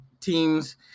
teams